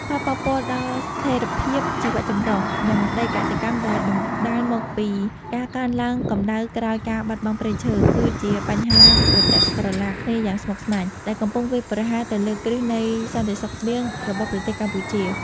ផលប៉ះពាល់ដល់ស្ថិរភាពជីវៈចម្រុះ និងដីកសិកម្មដែលបណ្ដាលមកពីការកើនឡើងកម្ដៅក្រោយការបាត់បង់ព្រៃឈើ គឺជាបញ្ហាប្រទាក់ក្រឡាគ្នាយ៉ាងស្មុគស្មាញ ដែលកំពុងវាយប្រហារទៅលើគ្រឹះនៃសន្តិសុខស្បៀងរបស់ប្រទេសកម្ពុជា។